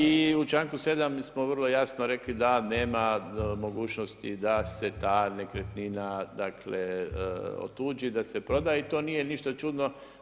I u članku 7 smo vrlo jasno rekli da nema mogućnosti da se ta nekretnina dakle otuđi, da se proda i to nije ništa čudno.